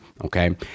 okay